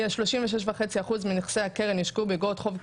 יש 36.5% מנכסי הקרן יושקעו באגרות חוב קונצרניות,